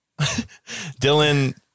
Dylan